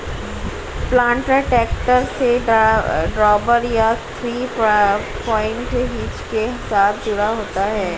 planter tractor से drawbar या three point hitch के साथ जुड़ा होता है